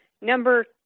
Number